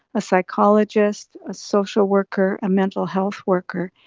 a psychologist, a social worker, a mental health worker.